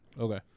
Okay